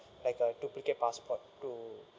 like a duplicate passport to